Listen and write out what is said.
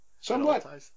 somewhat